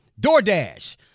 DoorDash